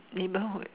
neighbourhood